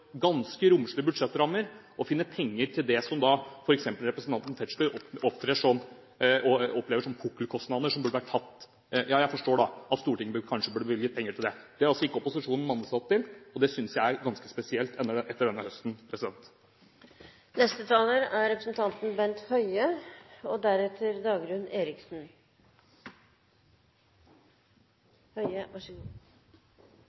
ganske romslige budsjettrammer ikke har klart å finne penger til det som f.eks. representanten Tetzschner opplever som pukkelkostnader, som burde vært tatt – ja, jeg forstår at Stortinget kanskje burde bevilget penger til det. Det har altså ikke opposisjonen mannet seg opp til, og det synes jeg, etter denne høsten, er ganske spesielt. Jeg må starte med å be statsråden ved første mulige anledning gå på talerstolen og